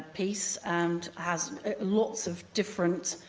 ah piece and has lots of different,